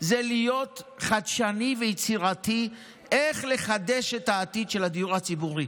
זה להיות חדשני ויצירתי איך לחדש את עתיד הדיור הציבורי.